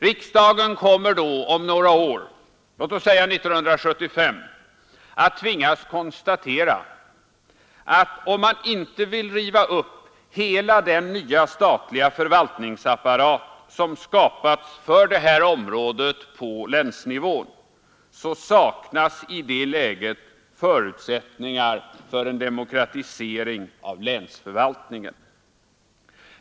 Riksdagen kommer då att om några år, låt oss säga 1975, tvingas konstatera att om man inte vill riva upp hela den nya statliga förvaltningsapparat som skapats för detta område på länsnivån saknas i det läget förutsättningar för en demokratisering av länsförvaltningen.